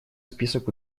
список